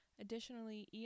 Additionally